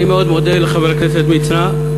אני מאוד מודה לחבר הכנסת מצנע,